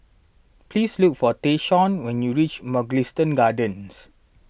please look for Tayshaun when you reach Mugliston Gardens